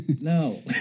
No